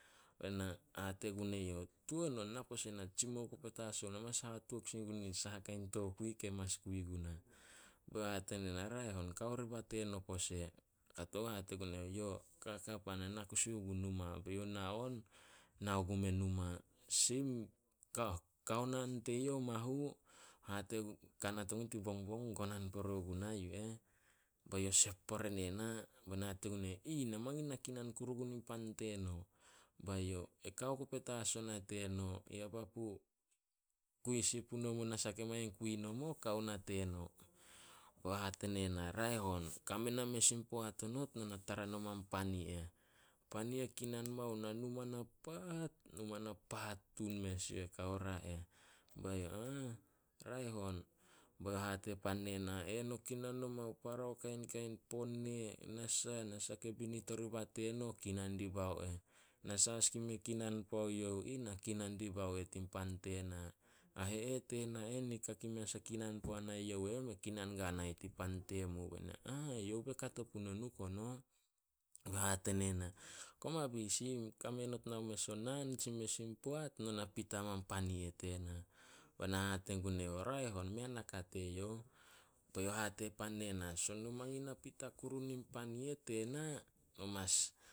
Be na hate gun eyouh, "Tuan on na pose na tsimou na mas hatuok sin gun saha kain tokui ke mas kui guna." Ba youh hate ne na, "Raeh on kao riba teno pose." Kato on hate gun eyouh, "Yo, kaka pan na na kusi gun numa. Be youh na on, nao gume numa. Kao na teyouh kanat ogun tin bongbong gonan pore guna yu eh, ba youh sep pore ne na. Be na hate gun eyouh, "Aih! Na mangin na kinan kure gun in pan teno." Bae youh, "E kao ku petas ona teno. Ya papu kui sin punomo nasah ke mangin kui nomo, kao na teno." Be youh hate ne na, "Raeh hon, kame nin mes in poat onot no na na tara nomai pan i eh. Pan i eh kinan mao, na numa na paat, na numa na paat tun mes yu eh.". Ba youh hate pan ne na, "No kinan noma para kainkain pone, nasah- nasah ke binit oriba teno kinan dibao eh. Nasah as ke mei a kinan puo youh ih, na kinan dibao eh tin pan tena. A eh, tena eh nika ke mei as a kinan puana youh eh, me kinan guana ih tin pan temu." Be na, "Youh ba kato puno nuh kono." Be youh hate pan ne na, "Koma bisi, kame not mes o nan tsi mes in poat, no na pita mai pan i eh tena." Bae na hate gun eyouh, "Raeh on, mea naka teyouh." Be youh hate pan ne na, "Son eno mangin na tara kuru nin pan i eh tena, no mas